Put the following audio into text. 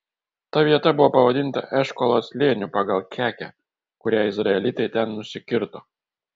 ta vieta buvo pavadinta eškolo slėniu pagal kekę kurią izraelitai ten nusikirto